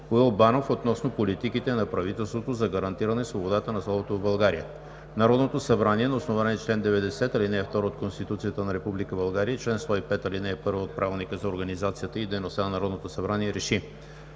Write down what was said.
Боил Банов относно политиките на правителството за гарантиране свободата на словото в България Народното събрание на основание чл. 90, ал. 2 от Конституцията на Република България и чл. 105, ал. 1 от Правилника за организацията и дейността на Народното събрание РЕШИ: